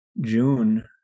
June